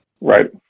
Right